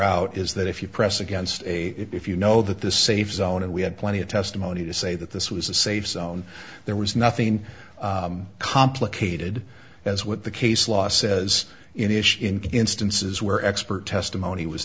that if you press against a if you know that the safe zone and we had plenty of testimony to say that this was a safe zone there was nothing complicated as what the case law says in issue in instances where expert testimony was